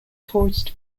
tourist